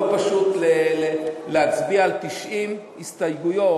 לא פשוט להצביע על 90 הסתייגויות,